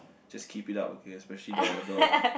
just keep it up okay especially the the